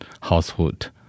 household